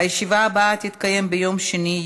הישיבה הבאה תתקיים ביום שני,